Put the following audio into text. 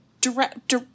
direct